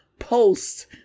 post